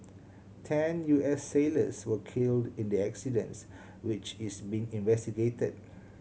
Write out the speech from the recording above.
ten U S sailors were killed in the accident which is being investigated